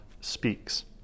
speaks